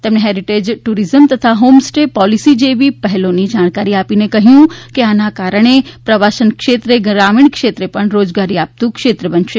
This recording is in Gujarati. તેમણે હેરીટેજ ટુરિઝમ તથા હોમ સ્ટે પોલીસી જેવી પહેલોની જાણકારી આપીને કહ્યું કે આના કારણે પ્રવાસન ક્ષેત્રે ગ્રામીણ ક્ષેત્રે પણ રોજગારી આપતું ક્ષેત્ર બનશે